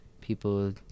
people